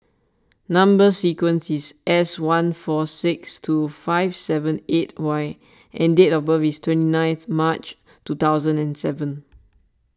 Number Sequence is S one four six two five seven eight Y and date of birth is twenty ninth March two thousand and seven